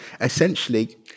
essentially